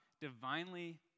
divinely